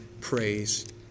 praise